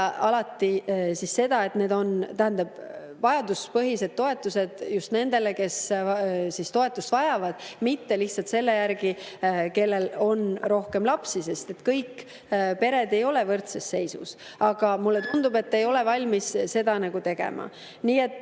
alati seda, et need on vajaduspõhised toetused just nendele, kes toetust vajavad –, mitte lihtsalt selle järgi, kellel on rohkem lapsi, sest kõik pered ei ole võrdses seisus. Aga mulle tundub, et te ei ole valmis seda tegema. Nii et